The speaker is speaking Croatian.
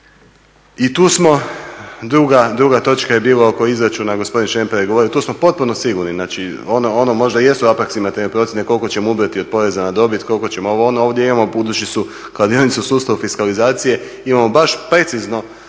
Druga točka je bila oko izračuna, gospodin Šemper je govorio, tu smo potpuno sigurni, znači ono možda jesu aproksimativne procjene koliko ćemo ubrati od poreza na dobit, koliko ćemo ovo, ono, ovdje imamo budući su kladionice u sustavu fiskalizacije imamo baš precizno